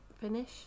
finish